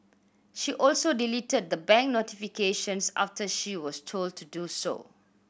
she also deleted the bank notifications after she was told to do so